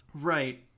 Right